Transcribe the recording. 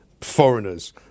foreigners